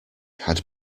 had